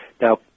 Now